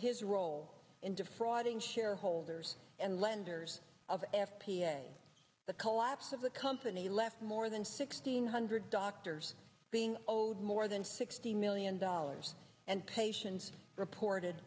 his role in defrauding shareholders and lenders of f p a the collapse of the company left more than sixteen hundred doctors being told more than sixty million dollars and patients reported